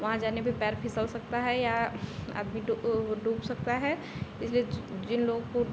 वहाँ जाने पर पैर फिसल सकता है या आदमी डू डूब सकता है कि जिस जिन लोग को